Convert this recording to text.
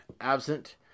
absent